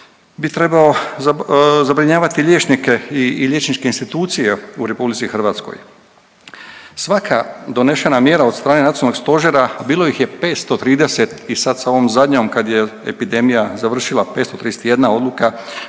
bi trebao zabrinjavati liječnike i liječničke institucije u RH. Svaka donešena mjera od strane Nacionalnog stožera, a bilo ih je 530 i sad sa ovom zadnjom kad je epidemija završila, 531 odluka,